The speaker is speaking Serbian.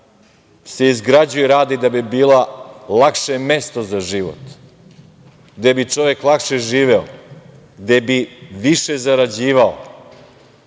se izgrađuje, radi da bi bila lakše mesto za život, gde bi čovek lakše živeo, gde bi više zarađivao. To